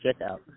checkout